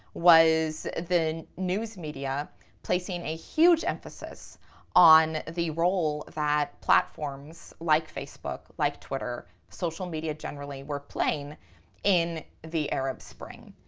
was the news media placing a huge emphasis on the role that platforms like facebook, like twitter, social media generally were playing in the arab spring.